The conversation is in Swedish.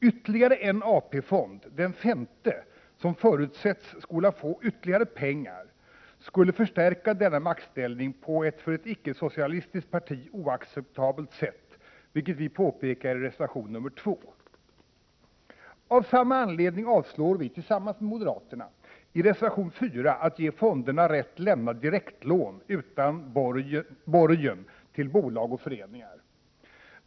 Ytterligare en AP-fond, den femte, som förutsätts få ytterligare pengar, skulle förstärka denna maktställning på ett för ett icke-socialistiskt parti oacceptabelt sätt, vilket vi påpekar i reservation - Av samma anledning avstyrker vi — tillsammans med moderaterna — i reservation 4 att ge fonderna rätt att lämna direktlån utan borgen till bolag och föreningar.